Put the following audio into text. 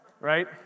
Right